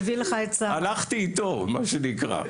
הלכתי איתו מה שנקרא,